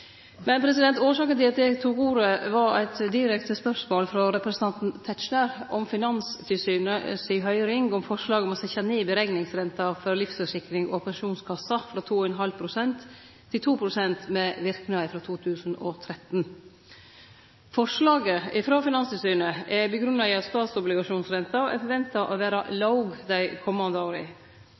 Men årsaka til at eg tok ordet, var eit direkte spørsmål frå representanten Tetzschner om Finanstilsynet si høyring om å setje ned berekningsrenta når det gjeld livsforsikring og pensjonskasser, frå 2,5 pst. til 2 pst., med verknad frå 2013. Forslaget frå Finanstilsynet er grunngitt i at statsobligasjonsrenta er venta å vere låg dei komande åra.